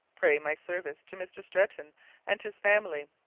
pray my service to mr streton and his family,